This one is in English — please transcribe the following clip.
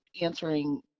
answering